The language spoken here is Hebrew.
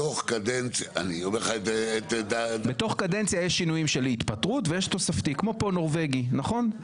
בתוך קדנציה יש שינויים של התפטרות ויש תוספתי כמו פה בנורבגי נכון?